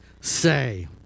say